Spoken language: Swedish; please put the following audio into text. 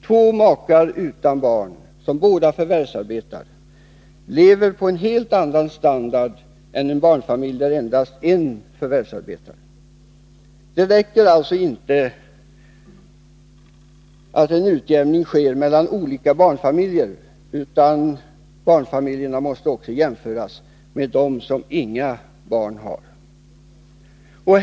Två makar utan barn, som båda förvärvsarbetar, lever på en helt annan standard än en barnfamilj där endast en förvärvsarbetar. Det räcker alltså inte att en utjämning sker mellan olika barnfamiljer, utan barnfamiljerna måste också jämföras med dem som inga barn har.